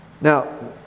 Now